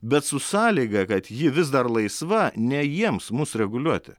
bet su sąlyga kad ji vis dar laisva ne jiems mus reguliuoti